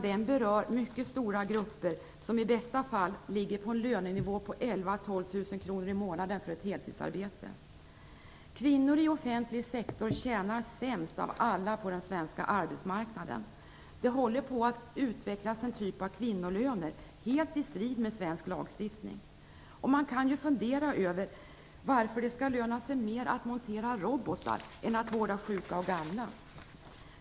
Den berör mycket stora grupper som i bästa fall ligger på en lönenivå på Kvinnor i offentlig sektor tjänar sämst av alla på den svenska arbetsmarknaden. Det håller på att utvecklas en typ av kvinnolöner helt i strid mot svensk lagstiftning. Man kan ju fundera över varför det skall löna sig så mycket mer att montera robotar än att vårda sjuka och gamla.